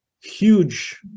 huge